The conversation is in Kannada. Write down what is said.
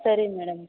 ಸರಿ ಮೇಡಮ್